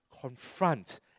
confront